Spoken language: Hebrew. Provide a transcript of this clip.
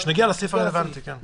כשנגיע לסעיף הרלוונטי, כן.